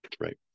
Right